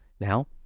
Now